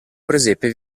presepe